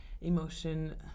emotion